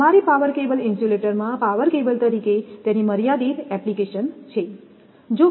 તમારી power cable ઇન્સ્યુલન્ટમાં power cable તરીકે તેની મર્યાદિત એપ્લિકેશન છે